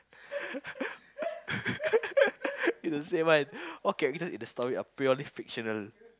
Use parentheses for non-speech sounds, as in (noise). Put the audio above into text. (laughs) it's the same one all characters in the story are purely fictional